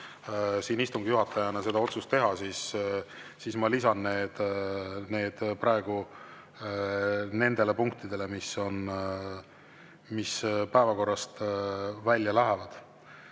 siin istungi juhatajana seda otsust teha, siis ma lisan need praegu nendele punktidele, mis päevakorrast välja lähevad.